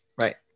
Right